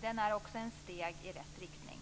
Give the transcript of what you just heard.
De är också ett steg i rätt riktning.